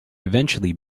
eventually